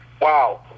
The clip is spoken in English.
wow